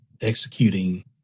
executing